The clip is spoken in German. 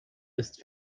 ist